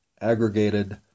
aggregated